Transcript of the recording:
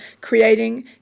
creating